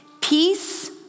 Peace